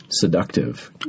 seductive